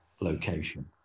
location